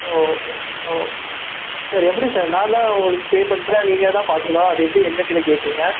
ஓ ஓ சார் எப்படி சார் நான் தான் உங்களுக்கு பே பண்ணுறேன் நீங்கள் தான் பார்க்கணும் அது எப்படி எங்கள் கிட்டே கேட்பீங்க